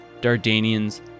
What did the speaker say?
Dardanians